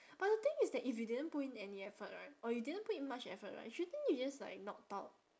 but the thing is that if you didn't put in any effort right or you didn't put in much effort right shouldn't you just like not talk